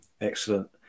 Excellent